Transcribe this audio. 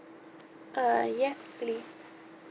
uh yes please